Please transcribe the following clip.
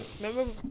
Remember